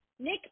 Nick